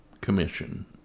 commission